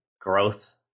growth